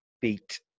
beat